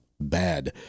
bad